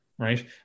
right